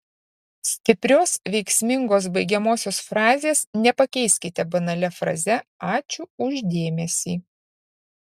stiprios veiksmingos baigiamosios frazės nepakeiskite banalia fraze ačiū už dėmesį